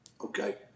Okay